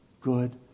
good